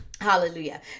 Hallelujah